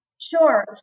Sure